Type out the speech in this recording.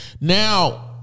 Now